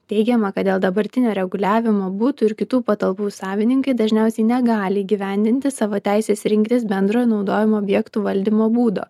teigiama kad dėl dabartinio reguliavimo butų ir kitų patalpų savininkai dažniausiai negali įgyvendinti savo teisės rinktis bendrojo naudojimo objektų valdymo būdo